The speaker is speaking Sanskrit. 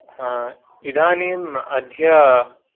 अ इदानीम् अद्य